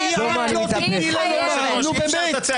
את לא תתני לה לומר, נו, באמת.